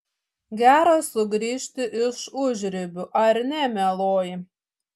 gera sugrįžti iš užribių ar ne mieloji